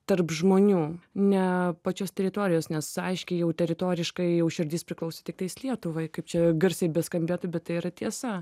tarp žmonių ne pačios teritorijos nes aiškiai jau teritoriškai jau širdis priklauso tiktais lietuvai kaip čia garsiai beskambėtų bet tai yra tiesa